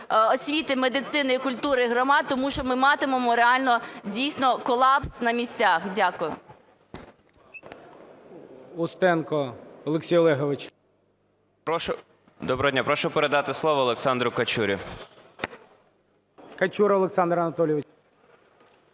освіти, медицини і культури громад, тому що ми матимемо реально дійсно колапс на місцях. Дякую.